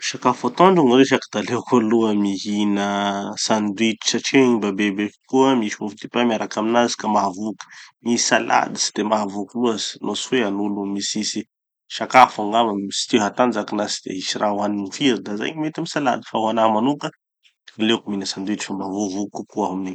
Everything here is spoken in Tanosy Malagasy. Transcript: No sakafo atoandro gny resaky da aleoko aloha mihina sandwich satria igny mba bebe kokoa, misy mofodipay miaraky aminazy ka mahavoky. Gny salade tsy de mahavoky loatsy no tsy hoe an'olo mitsitsy sakafo angamba na tsy te hatanjaky na tsy de hisy raha ho haniny firy da zay gny mety amy salade. Fa ho anaha manoko, aleoko mihina sandwich mba ho voky kokoa aho aminigny.